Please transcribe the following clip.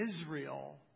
Israel